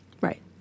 Right